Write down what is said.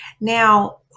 Now